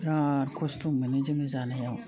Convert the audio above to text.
बिराद खस्त' मोनो जोङो जानायाव